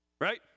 Right